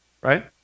right